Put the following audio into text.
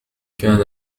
كان